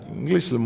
English